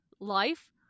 life